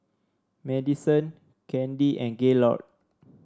Madyson Candi and Gaylord